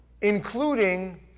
Including